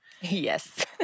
Yes